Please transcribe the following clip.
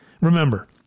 Remember